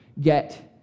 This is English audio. get